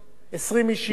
השאר פרטיות,